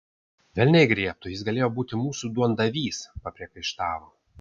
velniai griebtų jis galėjo būti mūsų duondavys papriekaištavo